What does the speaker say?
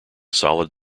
solid